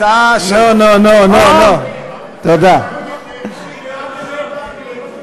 עד שהוא, אותי ואתה אומר לי "מספיק"?